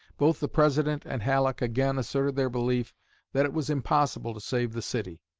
both the president and halleck again asserted their belief that it was impossible to save the city,